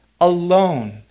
alone